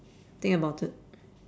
think about it